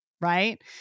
right